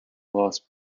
lost